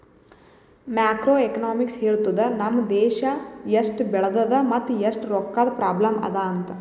macro economics ಹೇಳ್ತುದ್ ನಮ್ ದೇಶಾ ಎಸ್ಟ್ ಬೆಳದದ ಮತ್ ಎಸ್ಟ್ ರೊಕ್ಕಾದು ಪ್ರಾಬ್ಲಂ ಅದಾ ಅಂತ್